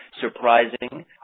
surprising